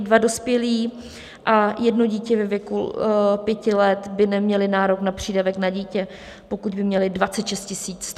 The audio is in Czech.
Dva dospělí a jedno dítě ve věku pěti let by neměli nárok na přídavek na dítě, pokud by měli 26 100.